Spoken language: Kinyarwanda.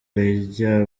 rya